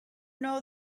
know